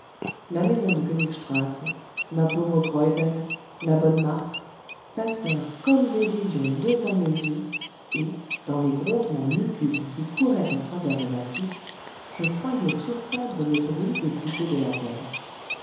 la maison de knig strasse ma pauvre graüben la bonne marthe passèrent comme des visions devant mes yeux et dans les grondements lugubres qui couraient à travers le massif je croyais surprendre le bruit des cités de la terre